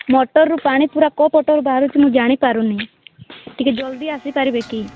ମଟରରୁ ପାଣି ପୁରା କେଉଁ ପଟରୁ ବାହାରୁଛି ମୁଁ ଜାଣିପାରୁନି ଟିକେ ଜଲ୍ଦି ଆସିପାରିବେ କି